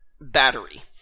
battery